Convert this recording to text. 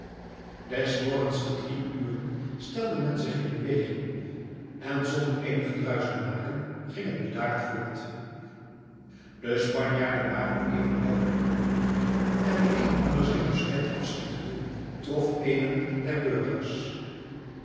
des morgens te drie uren stelde men zich in beweging en zonder eenig gedruisch te maken ging het bedaard vooruit de spanjaarden waren evenwel op hunne hoede en een hunner zijn musket afschietende trof eenen der burgers